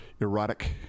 erotic